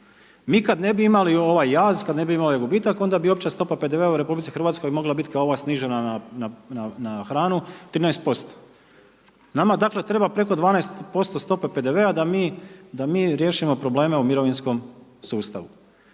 Mi kad ne bi imali ovaj jaz kad ne bi imali gubitaka onda bi opća stopa PDV-a u Republici Hrvatskoj mogla bit kao ova snižena na hranu 13%. Nama dakle, treba preko 12% stope PDV-a da mi riješimo probleme u mirovinskom sustavu.